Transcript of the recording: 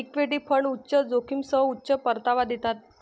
equity fund उच्च जोखमीसह उच्च परतावा देतात